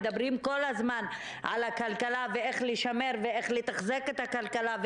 מדברים כל הזמן על הכלכלה ואיך לשמר ואיך לתחזק את הכלכלה,